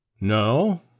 No